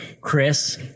Chris